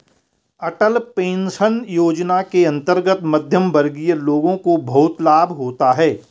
अटल pension योजना के अंतर्गत मध्यमवर्गीय लोगों को बहुत लाभ होता है